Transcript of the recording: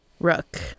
Rook